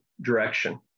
direction